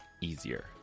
easier